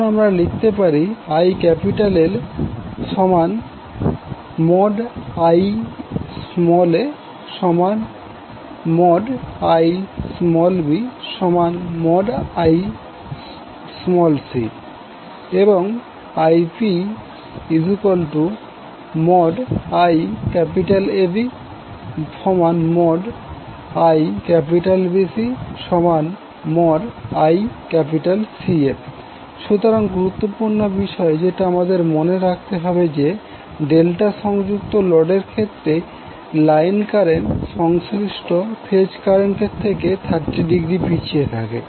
এখন আমরা লিখতে পারি যে ILIaIbIc এবং IpIABIBCICA গুরুত্বপূর্ণ বিষয় যেটা আমাদের মনে রাখতে হবে যে ডেল্টা সংযুক্ত লোডের ক্ষেত্রে লাইন কারেন্ট সংশ্লিষ্ট ফেজ কারেন্ট থেকে 30০ পিছিয়ে থাকে